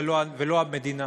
ולא המדינה.